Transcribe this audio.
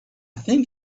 think